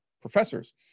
professors